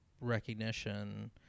recognition